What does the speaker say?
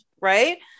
right